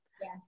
Yes